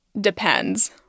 depends